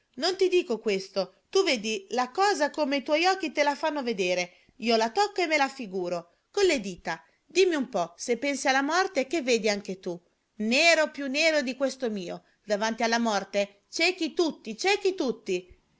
marco non dico questo tu vedi la cosa come i tuoi occhi te la fanno vedere io la tocco e me la figuro con le dita dimmi un po se pensi alla morte che vedi anche tu nero più nero di questo mio davanti alla morte ciechi tutti ciechi tutti